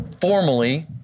formally